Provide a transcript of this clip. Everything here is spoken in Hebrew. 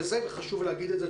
חשוב להגיד את זה.